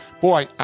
Boy